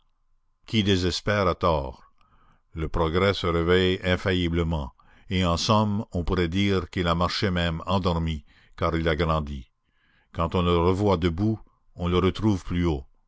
qui désespère a tort le progrès se réveille infailliblement et en somme on pourrait dire qu'il a marché même endormi car il a grandi quand on le revoit debout on le retrouve plus haut